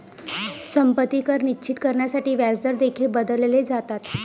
संपत्ती कर निश्चित करण्यासाठी व्याजदर देखील बदलले जातात